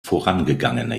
vorangegangene